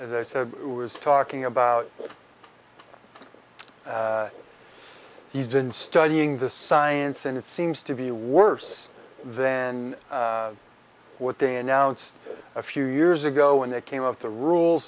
as i said i was talking about he's been studying the science and it seems to be worse then what they announced a few years ago when they came up the rules